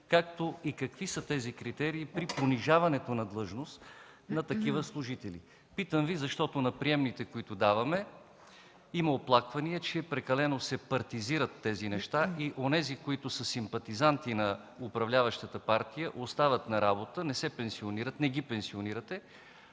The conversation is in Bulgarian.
както и какви са тези критерии при понижаването в длъжност на такива служители? Питам Ви, защото на приемните, които даваме, има оплаквания, че прекалено се партизират тези неща и онези, които са симпатизанти на управляващата партия остават на работа, не ги пенсионирате, а тези,